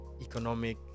economic